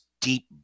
deep